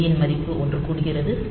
ஏ ன் மதிப்பு ஒன்று கூடுகிறது